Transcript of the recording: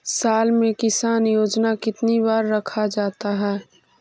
साल में किसान योजना कितनी बार रखा जाता है?